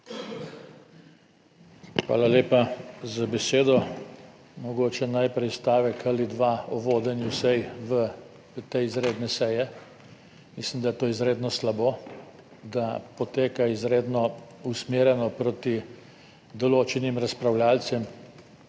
Hvala lepa za besedo. Mogoče najprej stavek ali dva o vodenju sej v te izredne seje. Mislim, da je to izredno slabo, da poteka izredno usmerjeno proti določenim razpravljavcem.